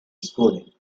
schooling